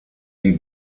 die